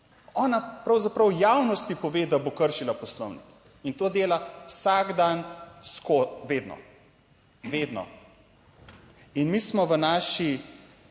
ona pravzaprav javnosti pove, da bo kršila Poslovnik in to dela vsak dan skozi vedno. Mi smo v naši,